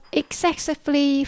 excessively